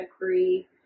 agree